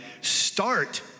start